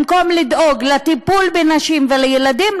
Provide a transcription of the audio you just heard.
במקום לדאוג לטיפול בנשים ובילדים,